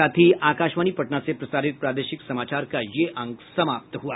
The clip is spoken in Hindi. इसके साथ ही आकाशवाणी पटना से प्रसारित प्रादेशिक समाचार का ये अंक समाप्त हुआ